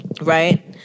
right